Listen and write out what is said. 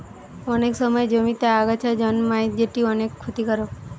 অনেক সময় জমিতে আগাছা জন্মায় যেটি অনেক ক্ষতিকারক